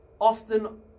often